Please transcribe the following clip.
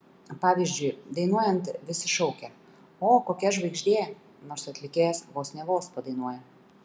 pavyzdžiui dainuojant visi šaukia o kokia žvaigždė nors atlikėjas vos ne vos padainuoja